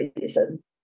reason